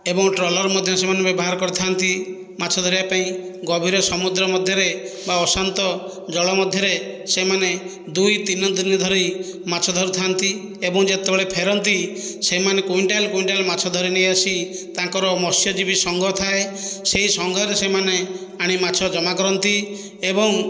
ଏବଂ ଟ୍ରଲର ମଧ୍ୟ ସେମାନେ ବ୍ୟବହାର କରିଥାନ୍ତି ମାଛ ଧରିବା ପାଇଁ ଗଭୀର ସମୁଦ୍ର ମଧ୍ୟରେ ବା ଅଶାନ୍ତ ଜଳ ମଧ୍ୟରେ ସେମାନେ ଦୁଇ ତିନ ଦିନ ଧରି ମାଛ ଧରୁଥାନ୍ତି ଏବଂ ଯେତେବେଳେ ଫେରନ୍ତି ସେମାନେ କୁଇଣ୍ଟାଲ କୁଇଣ୍ଟାଲ ମାଛ ଧରି ନେଇଆସି ତାଙ୍କର ମତ୍ସ୍ୟଜିବୀ ସଙ୍ଘ ଥାଏ ସେହି ସଙ୍ଘରେ ସେମାନେ ଆଣି ମାଛ ଜମା କରନ୍ତି ଏବଂ